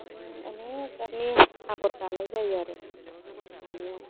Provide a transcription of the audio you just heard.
इदिनो अनेख जाथनि आगर दानाय जायो आरो दानाया